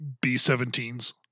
B-17s